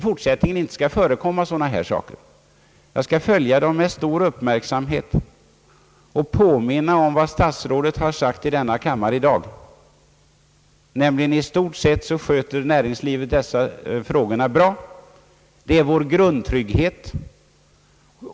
Jag skall följa dem med stor uppmärksamhet och påminna om vad statsrådet har sagt i denna kammare i dag, nämligen att näringslivet i stort sett sköter dessa personalfrågor bra.